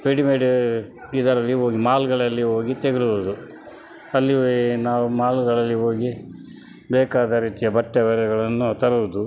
readymade ಇದರಲ್ಲಿ ಹೋಗಿ ಮಾಲುಗಳಲ್ಲಿ ಹೋಗಿ ತಗೋಳುದು ಅಲ್ಲಿ ನಾವು ಮಾಲುಗಳಲ್ಲಿ ಹೋಗಿ ಬೇಕಾದ ರೀತಿಯ ಬಟ್ಟೆ ಬರೆಗಳನ್ನು ತರುವುದು